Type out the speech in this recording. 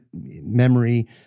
memory